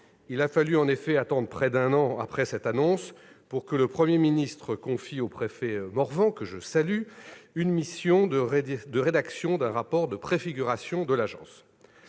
Il a fallu en effet attendre près d'un an après cette annonce pour que le Premier ministre confie au préfet Serge Morvan, que je salue, la mission de rédiger un rapport de préfiguration de cette agence.